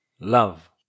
Love